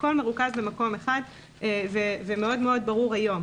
הכול מרוכז במקום אחד ומאוד מאוד ברור היום.